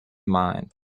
mind